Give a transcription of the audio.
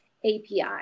API